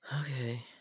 Okay